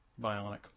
bionic